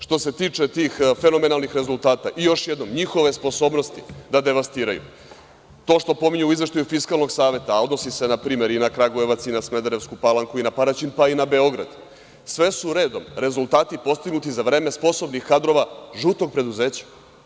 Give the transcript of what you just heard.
Što se tiče tih fenomenalnih rezultata i još jednom njihove sposobnosti da devastiraju, to što pominju u izveštaju Fiskalnog saveta, a odnosi se na primer i na Kragujevac i na Smederevsku Palanku i na Paraćin, pa i na Beograd, sve su redom rezultati postignuti za vreme sposobnih kadrova „žutog preduzeća“